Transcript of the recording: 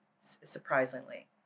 surprisingly